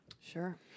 Sure